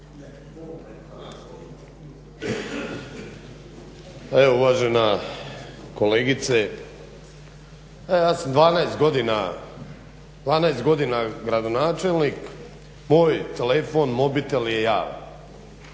Evo uvažena kolegice, evo ja sam 12 godina. 12 godina gradonačelnik, moj telefon, mobitel je javan.